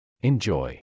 Enjoy